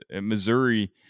Missouri